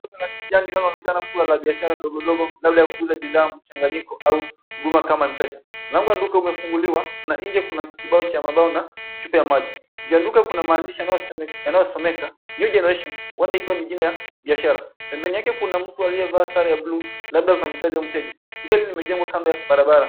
Jengo la kijani linaloonekana kua la biashara dogo dogo labda ya kuuza bidhaa za mchanganyiko au huduma kama M-pesa. Mlango wa duka umefunguliwa na nje kuna kibao cha mambao na chupa ya maji. Juu ya duka kuna maandishi yanayosomeka, New Generation, huenda ikawa ni jina ya biashrara. Pembeni yake kuna mtu aliyeva sare ya bluu labda mfanyikazi au mteja. Duka hili limejengwa kando ya barabara.